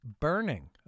Burning